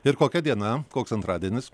ir kokia diena koks antradienis